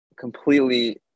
completely